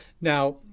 Now